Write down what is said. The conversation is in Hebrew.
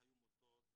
היו מוטות,